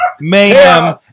Mayhem